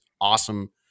awesome